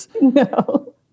No